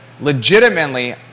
legitimately